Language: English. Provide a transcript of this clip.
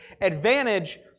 advantage